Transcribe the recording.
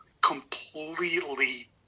completely